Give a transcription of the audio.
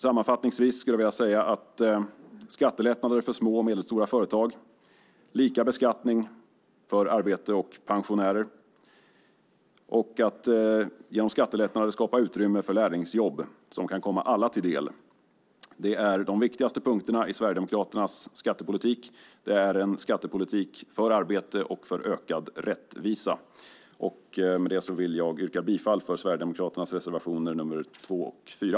Sammanfattningsvis skulle jag vilja säga att skattelättnader för små och medelstora företag, lika beskattning för arbete och pension och att genom skattelättnader skapa utrymme för lärlingsjobb som kan komma alla till del är de viktigaste punkterna i Sverigedemokraternas skattepolitik. Det är en skattepolitik för arbete och för ökad rättvisa. Med detta vill jag yrka bifall till Sverigedemokraternas reservationer 2 och 4.